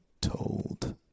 told